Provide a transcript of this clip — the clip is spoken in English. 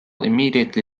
immediately